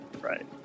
Right